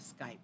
Skype